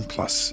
Plus